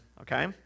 okay